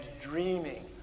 dreaming